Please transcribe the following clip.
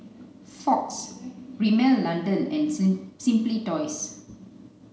Fox Rimmel London and Simply Toys